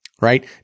Right